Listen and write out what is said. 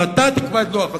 אלא אתה תקבע את לוח הזמנים,